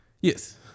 Yes